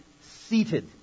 seated